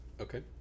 okay